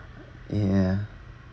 yeah